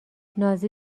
نازی